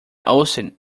austen